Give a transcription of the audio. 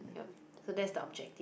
yup so that's the objective